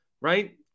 right